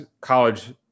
college